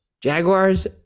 Jaguars